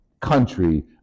country